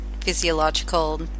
physiological